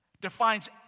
defines